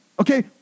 Okay